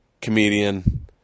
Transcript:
comedian